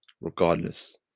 regardless